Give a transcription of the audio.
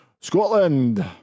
Scotland